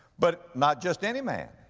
but not just any man,